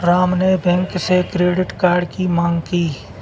राम ने बैंक से credit card की माँग की